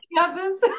Others